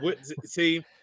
see